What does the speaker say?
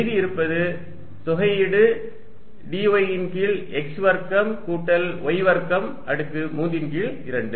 மீதி இருப்பது தொகையீடு dy ன் கீழ் x வர்க்கம் கூட்டல் y வர்க்கம் அடுக்கு 3 ன் கீழ் 2